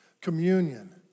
Communion